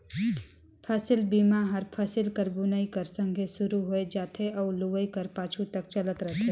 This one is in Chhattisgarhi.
फसिल बीमा हर फसिल कर बुनई कर संघे सुरू होए जाथे अउ लुवई कर पाछू तक चलत रहथे